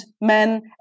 men